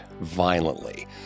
violently